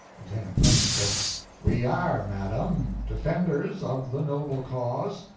lieutenant clemens said we are, madam, defenders of the noble cause,